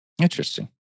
Interesting